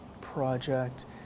project